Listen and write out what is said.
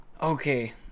Okay